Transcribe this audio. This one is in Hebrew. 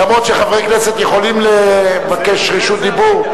אף-על-פי שחברי כנסת יכולים לבקש רשות דיבור,